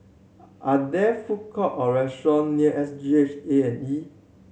are there food court or restaurant near S G H A and E